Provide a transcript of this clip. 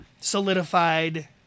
solidified